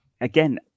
Again